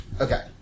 Okay